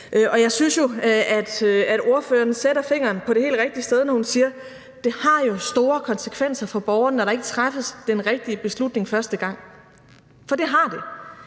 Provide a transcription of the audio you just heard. dag. Jeg synes jo, at ordføreren sætter fingeren på det helt rigtige sted, når hun siger, at det har store konsekvenser for borgerne, når der ikke træffes den rigtige beslutning første gang, for det har det.